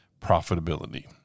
profitability